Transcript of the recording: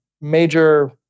major